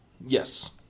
Yes